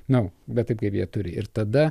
nu bet taip jie turi ir tada